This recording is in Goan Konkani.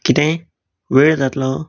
कितें वेळ जातलो